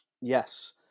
Yes